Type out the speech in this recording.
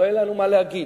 לא יהיה לנו מה להגיד.